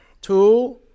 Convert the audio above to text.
two